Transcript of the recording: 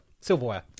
silverware